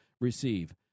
receive